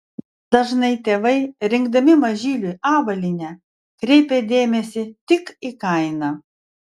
dažnai tėvai rinkdami mažyliui avalynę kreipia dėmesį tik į kainą